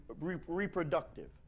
reproductive